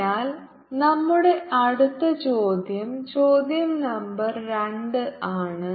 അതിനാൽ നമ്മളുടെ അടുത്ത ചോദ്യം ചോദ്യ നമ്പർ രണ്ട് ആണ്